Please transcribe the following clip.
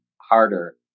harder